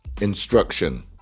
instruction